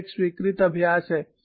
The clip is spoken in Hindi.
यह एक स्वीकृत अभ्यास है